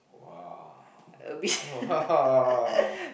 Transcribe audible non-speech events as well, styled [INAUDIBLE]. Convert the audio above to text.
!wah! !wah! [LAUGHS]